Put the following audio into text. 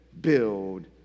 build